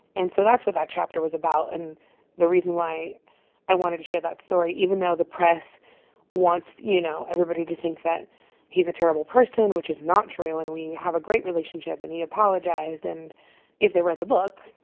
and so that's what that chapter was about and the reason why i wanted to share that story, even though the press wants, you know, everybody to think that he's a terrible person which is not true. and we have a great relationship, and he apologized. and if they read the book.